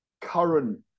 current